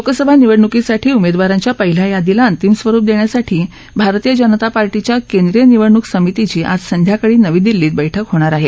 लोकसभा निवडणुकीसाठी उमेदवारांच्या पहिल्या यादीला अंतिम स्वरूप देण्यासाठी भारतीय जनता पार्टीच्या केंद्रीय निवडणूक समितिची आज संध्याकाळी नवी दिल्लीत बैठक होणार आहे